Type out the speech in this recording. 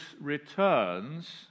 returns